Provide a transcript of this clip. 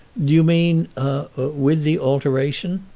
do you mean a with the alteration?